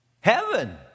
Heaven